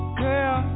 girl